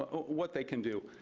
ah what they can do,